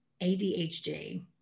ADHD